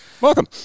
Welcome